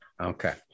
okay